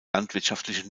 landwirtschaftliche